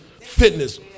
fitness